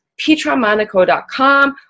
PetraMonaco.com